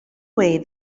way